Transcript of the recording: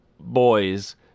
boys